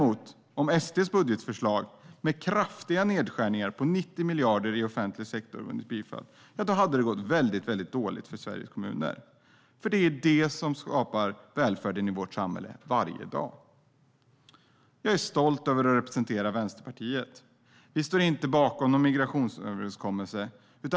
Om SD:s budgetförslag med kraftiga nedskärningar på 90 miljarder i offentlig sektor hade vunnit bifall hade det däremot gått väldigt dåligt för Sveriges kommuner. Det är nämligen de som skapar välfärden i vårt samhälle varje dag. Jag är stolt över att representera Vänsterpartiet. Vi står inte bakom någon migrationsöverenskommelse.